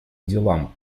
делам